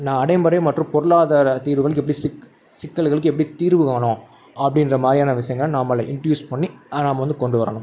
நடைமுறை மற்றும் பொருளாதார தீர்வுகளுக்கு எப்படி சிக் சிக்கல்களுக்கு எப்படி தீர்வு காணும் அப்படின்ற மாதிரியான விஷயங்கள நம்மளை இண்டியூஸ் பண்ணி நாம் வந்து கொண்டு வரணும்